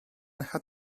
had